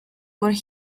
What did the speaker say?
but